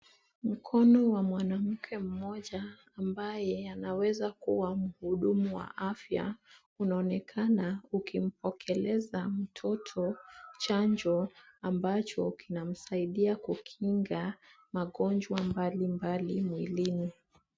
Mkono wa mwanamke mmoja ambaye anaweza kuwa muhudumu wa afya unaonekana ukimpokeleza mtoto chanjo ambacho unamsaidia kukinga magonjwa mbali mbali mwilini.